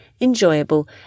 enjoyable